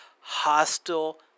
hostile